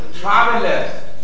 Travelers